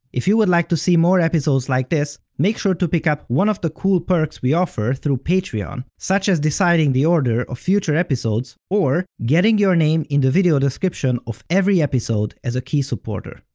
if you would like to see more episodes like this, make sure to pick up one of the cool perks we offer through patreon, such as deciding the order of future episodes, or getting your name in the video description of every episode as a key supporter.